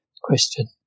Question